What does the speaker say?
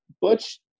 Butch